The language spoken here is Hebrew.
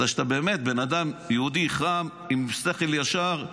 בגלל שאתה באמת בן אדם, יהודי חם עם שכל ישר,